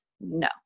no